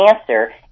answer